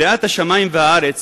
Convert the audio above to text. בריאת השמים והארץ